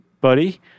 buddy